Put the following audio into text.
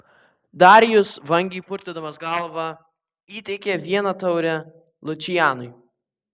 darijus vangiai purtydamas galvą įteikė vieną taurę lučianui